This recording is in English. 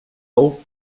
old